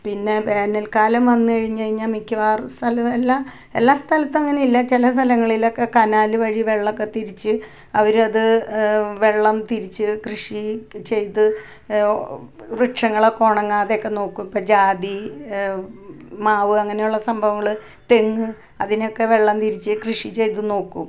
പിന്നെ വേനൽക്കാലം വന്നു കഴിഞ്ഞ് കഴിഞ്ഞാൽ മിക്കവാറും സ്ഥലമെല്ലാം എല്ലാ സ്ഥലത്തു അങ്ങനെയല്ല ചില സ്ഥലങ്ങളിലൊക്കെ കനാല് വഴി വെള്ളമൊക്കെ തിരിച്ച് അവരത് വെള്ളം തിരിച്ച് കൃഷി ചെയ്ത് വൃക്ഷങ്ങളൊക്കെ ഉണങ്ങാതെ ഒക്കെ നോക്കും ഇപ്പം ജാതി മാവ് അങ്ങനെയുള്ള സംഭവങ്ങള് തെങ്ങ് അതിനൊക്കെ വെള്ളം തിരിച്ച് കൃഷി ചെയ്ത് നോക്കും